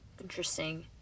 Interesting